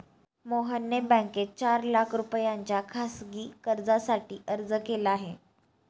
मोहनने बँकेत चार लाख रुपयांच्या खासगी कर्जासाठी अर्ज केला आहे